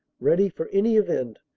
ready for any event,